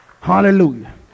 Hallelujah